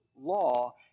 law